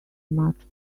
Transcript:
much